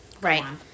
right